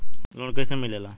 Loan कईसे मिलेला?